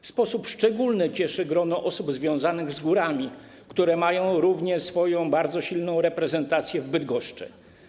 W sposób szczególny cieszy grono osób związanych z górami, które mają również swoją bardzo silną reprezentację w Bydgoszczy.